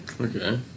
Okay